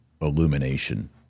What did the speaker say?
illumination